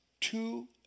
two